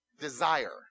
desire